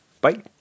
bye